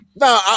No